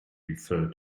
refer